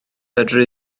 fedra